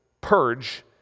purge